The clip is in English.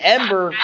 Ember